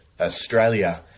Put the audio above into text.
Australia